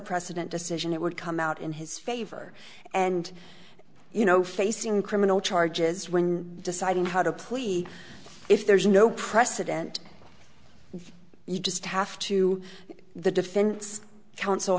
precedent decision it would come out in his favor and you know facing criminal charges when deciding how to plea if there's no precedent you just have to the defense counsel